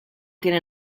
tiene